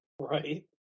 Right